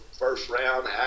first-round